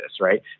right